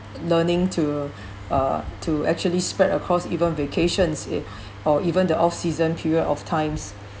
learning to uh to actually spread across even vacations e~ even the off-season period of times